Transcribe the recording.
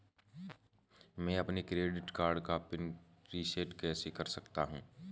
मैं अपने credit card का पिन रिसेट कैसे कर सकता हूँ?